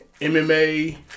MMA